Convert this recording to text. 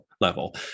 level